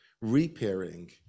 repairing